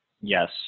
Yes